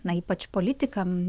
na ypač politikam